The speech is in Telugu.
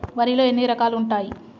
వరిలో ఎన్ని రకాలు ఉంటాయి?